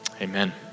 Amen